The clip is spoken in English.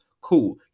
cool